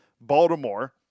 Baltimore